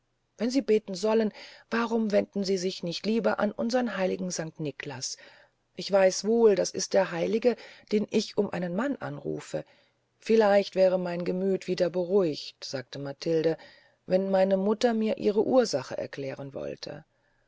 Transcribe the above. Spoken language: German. wenn sie beten sollen warum wenden sie sich nicht lieber an unsern heiligen sankt niklas ich weiß wohl das ist der heilige den ich um einen mann anrufe vielleicht wäre mein gemüth wieder beruhigt sagte matilde wenn meine mutter mir ihre ursache erklären wollte